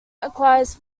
acquires